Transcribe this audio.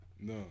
No